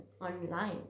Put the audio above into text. online